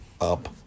up